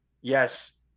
yes